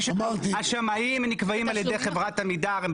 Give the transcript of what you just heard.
השמאים נקבעים על ידי חברת עמידר,